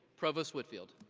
provost whitfield.